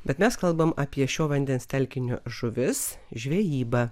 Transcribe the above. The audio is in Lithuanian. bet mes kalbam apie šio vandens telkinio žuvis žvejybą